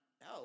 no